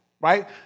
right